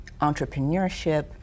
entrepreneurship